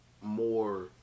more